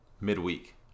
midweek